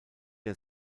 der